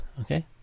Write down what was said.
Okay